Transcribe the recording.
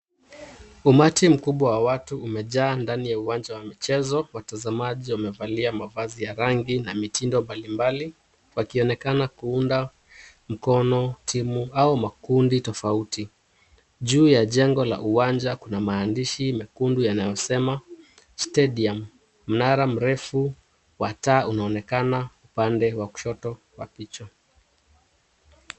Umati mkubwa wa watu umejaa ndani ya uwanja wa michezo. Watazamaji wamevalia mavazi ya rangi na mitindo mbalimbali wakioneana kuunga mkono timu au makundi tofauti. Juu ya jengo la uwanja kuna maandishi mekundu yanayosema stadium . Mnara mrefu wa taa unaonekana upande wa kushoto wa picha.